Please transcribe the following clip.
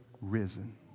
risen